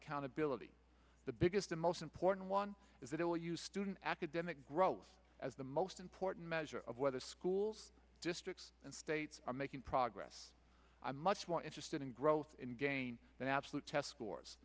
accountability the biggest and most important one is that all you student academic growth as the most important measure of whether schools districts and states are making progress i'm much more interested in growth in gain than absolute test scores